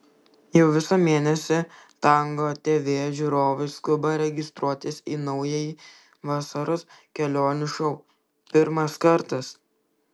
jau visą mėnesį tango tv žiūrovai skuba registruotis į naująjį vasaros kelionių šou pirmas kartas